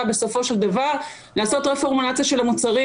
בסופו של דבר לעשות רפורמציה של המוצרים,